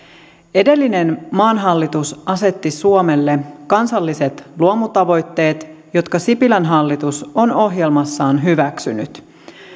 edellinen maan hallitus asetti suomelle kansalliset luomutavoitteet jotka sipilän hallitus on ohjelmassaan hyväksynyt